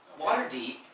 Waterdeep